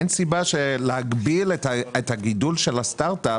אין סיבה להגביל את הגידול של הסטארט אפ